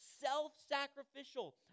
self-sacrificial